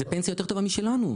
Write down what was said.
זו פנסיה יותר טובה משלנו.